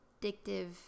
addictive